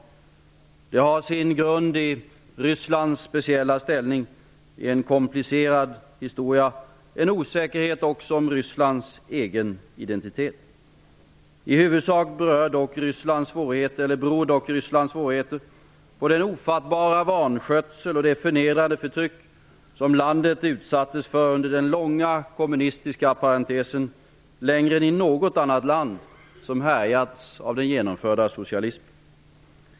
Till någon del har de sin grund i Rysslands historia. Ända sedan Peter den stores tid har det pågått en inre kamp i Ryssland mellan dem som ser sitt lands framtid i en öppenhet för samarbete och utbyte med länderna i väst och dem som tror att Rysslands särart kräver avskärmning från omvärldens inflytelser. Till det förflutnas arv hör också en osäkerhet om Rysslands identitet. Ryssland är en nationalstat, men med historiskt givna drag av mångnationellt imperium. I huvudsak beror dock Rysslands svårigheter på den ofattbara vanskötsel och det förnedrande förtryck som landet utsattes för under den långa kommunistiska parentesen -- längre än i något annat land som härjats av den genomförda socialismen.